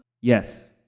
Yes